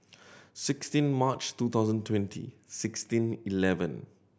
sixteen March two thousand twenty sixteen eleven